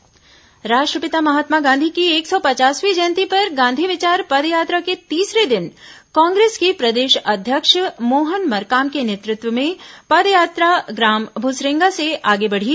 गांधी विचार पदयात्रा राष्ट्रपिता महात्मा गांधी की एक सौ पचासवीं जयंती पर गांधी विचार पदयात्रा के तीसरे दिन कांग्रेस के प्रदेश अध्यक्ष मोहन मरकाम के नेतृत्व में पदयात्रा ग्राम भुसरेंगा से आगे बढ़ी